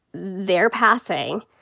they are passing.